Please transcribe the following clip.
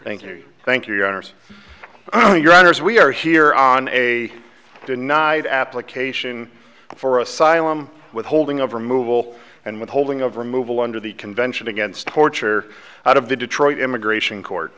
thank you thank you honors your honors we are here on a denied application for asylum withholding of removal and withholding of removal under the convention against torture out of the detroit immigration court